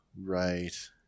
Right